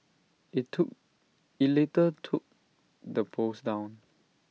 IT took IT later took the post down